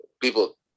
people